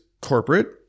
corporate